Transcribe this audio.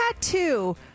tattoo